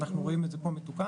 ואנחנו רואים את זה פה מתוקן,